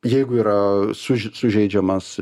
jeigu yra suže sužeidžiamas